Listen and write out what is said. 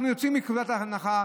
אנחנו יוצאים מנקודת הנחה